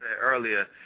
earlier